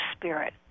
spirit